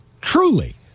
Truly